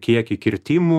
kiekį kirtimų